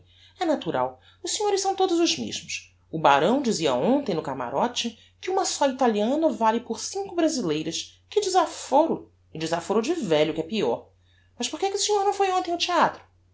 é natural os senhores são todos os mesmos o barão dizia hontem no camarote que uma só italiana vale por cinco brazileiras que desaforo e desaforo de velho que é peor mas porque é que o senhor não foi hontem ao theatro